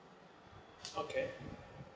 okay